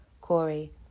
Corey